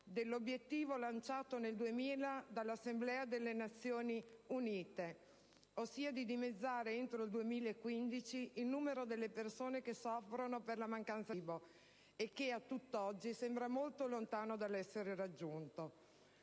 dell'obiettivo lanciato nel 2000 dall'Assemblea delle Nazioni Unite, ossia di dimezzare entro il 2015 il numero delle persone che soffrono per la mancanza di cibo e che a tutt'oggi sembra molto lontano dall'essere raggiunto.